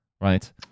Right